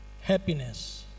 happiness